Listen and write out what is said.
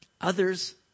Others